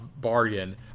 bargain